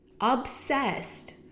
obsessed